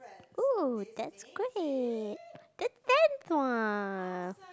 !oo! that's great the tenth one